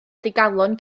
digalon